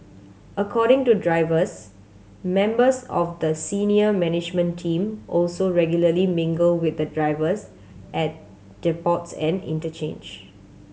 according to drivers members of the senior management team also regularly mingle with the drivers at depots and interchange